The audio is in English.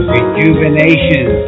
Rejuvenation